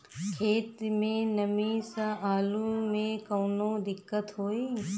खेत मे नमी स आलू मे कऊनो दिक्कत होई?